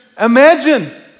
imagine